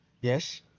Yes